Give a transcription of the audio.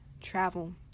travel